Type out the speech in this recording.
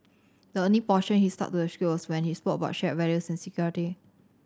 the only portion he stuck to the script was when he spoke about shared values and security